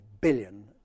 billion